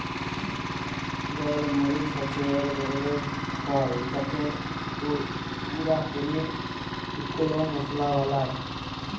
গল মরিচ হচ্যে এক ধরলের ফল যাকে গুঁরা ক্যরে শুকল মশলা বালায়